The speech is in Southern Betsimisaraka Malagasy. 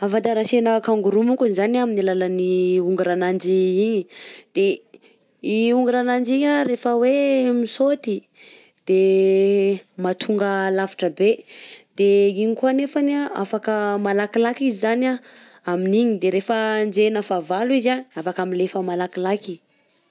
Fantarantsena kangourou moko zany amin'ny alalan'ny hongora ananjy igny, de i hongora ananjy igny rehefa hoe mi-saute de mahatonga alavitra be de igny koà nefany afaka malakilaky izy zany amin'igny, de rehefa anjehina fahavalo izy an de afaka milefa malakilaky.